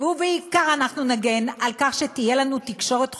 ובעיקר אנחנו נגן על כך שתהיה לנו תקשורת חופשית,